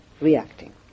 reacting